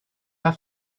have